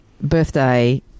birthday